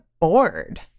bored